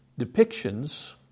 depictions